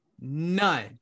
None